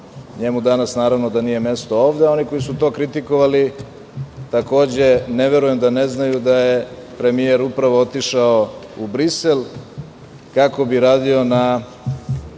Njemu danas naravno da nije mesto ovde,a oni koji su to kritikovali, takođe ne verujem da ne znaju da je premijer upravo otišao u Brisel kako bi radio na